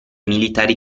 militari